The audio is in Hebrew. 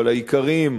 אבל העיקריים